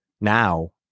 now